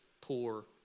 poor